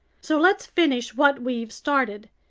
so let's finish what we've started.